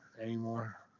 anymore